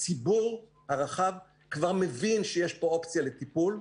הציבור הרחב, כבר מבין שיש פה אופציה לטיפול,